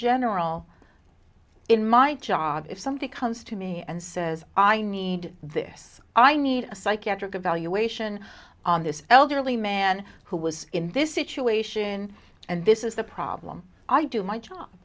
general in my job if something comes to me and says i need this i need a psychiatric evaluation on this elderly man who was in this situation and this is the problem i do my job